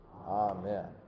amen